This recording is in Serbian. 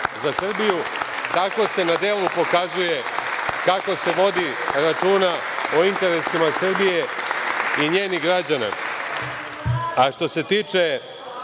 za Srbiju. Tako se na delu pokazuje kako se vodi računa o interesima Srbije i njenih građana. Što se tiče